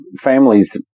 families